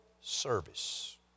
service